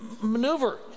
maneuver